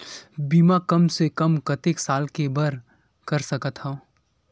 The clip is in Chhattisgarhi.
बीमा कम से कम कतेक साल के बर कर सकत हव?